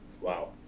Wow